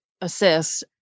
assist